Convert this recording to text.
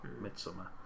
Midsummer